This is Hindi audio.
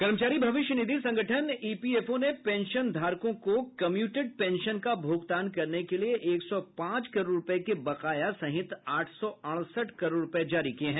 कर्मचारी भविष्य निधि संगठन ईपीएफओ ने पेंशनधारकों को कम्यूटेड पेंशन का भूगतान करने के लिए एक सौ पांच करोड़ रुपये के बकाया सहित आठ सौ अड़सठ करोड रूपये जारी किये हैं